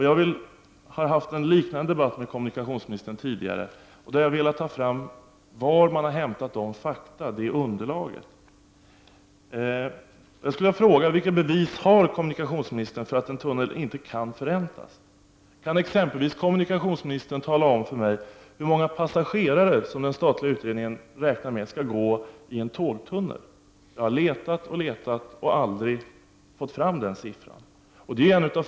Jag har haft en liknande debatt med kommunikationsministern tidigare där jag har velat få fram var dessa fakta har hämtats från. Vilka bevis har kommunikationsministern för att en tunnel inte kan förräntas? Kan kommunikationsministern tala om för mig hur många passagerare den statliga utredningen räknar med skall gå i en tågtunnel? Jag har letat och letat men aldrig fått fram den siffran.